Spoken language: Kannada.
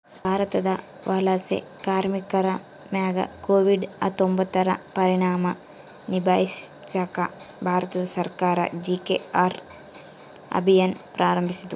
ಭಾರತದ ವಲಸೆ ಕಾರ್ಮಿಕರ ಮ್ಯಾಗ ಕೋವಿಡ್ ಹತ್ತೊಂಬತ್ತುರ ಪರಿಣಾಮ ನಿಭಾಯಿಸಾಕ ಭಾರತ ಸರ್ಕಾರ ಜಿ.ಕೆ.ಆರ್ ಅಭಿಯಾನ್ ಪ್ರಾರಂಭಿಸಿತು